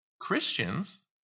Christians